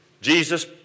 Jesus